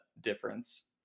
difference